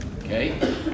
Okay